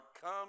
come